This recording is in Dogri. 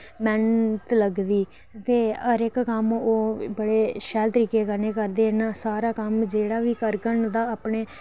मेह्नत लगदी ते हर कम्म ओह् बड़े शैल तरीके कन्नै करदे न सारा कम्म जेह्ड़ा बी करङन तां